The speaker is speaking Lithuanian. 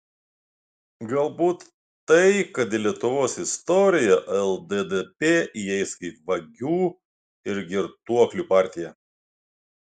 galbūt tai kad į lietuvos istoriją lddp įeis kaip vagių ir girtuoklių partija